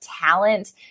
talent